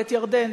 את ירדן,